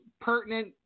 pertinent